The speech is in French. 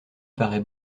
parait